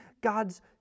God's